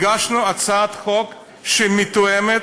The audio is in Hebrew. הגשנו הצעת חוק שמתואמת